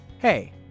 Hey